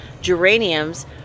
geraniums